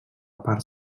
part